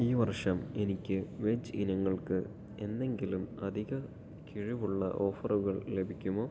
ഈ വർഷം എനിക്ക് വെജ് ഇനങ്ങൾക്ക് എന്തെങ്കിലും അധിക കിഴിവുള്ള ഓഫറുകൾ ലഭിക്കുമോ